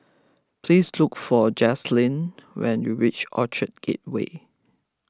please look for Jazlyn when you reach Orchard Gateway